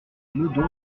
meudon